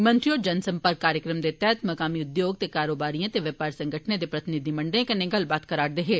मंत्री होर जन सम्पर्क कार्यक्रम दे तैहत मकामी उद्योग ते कारोबारिये ते बपार संगठने दे प्रतिनिधियें कन्नै गल्लबात करै करदे हे